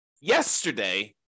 yesterday